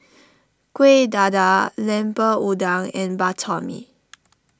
Kueh Dadar Lemper Udang and Bak Chor Mee